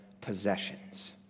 possessions